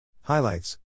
Highlights